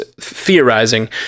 theorizing